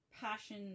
passion